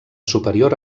superior